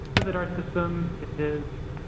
that our system is